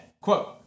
quote